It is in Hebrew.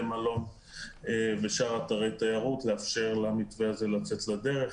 מלון ושאר אתרי תיירות יוכלו לאפשר למתווה הזה לצאת לדרך.